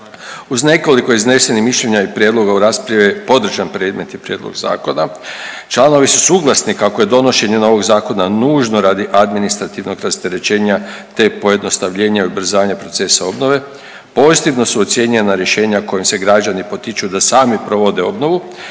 Uz nekoliko iznesenih mišljenja i prijedloga u raspravi je podržan predmetni prijedlog zakona. Članovi su suglasni kako je donošenje novog zakona nužno radi administrativnog rasterećenja, te pojednostavljenja i ubrzanja procesa obnove, …/Govornik se ne razumije/…su ocijenjena rješenja kojim se građani potiču da sami provode obnovu